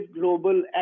global